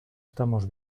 estamos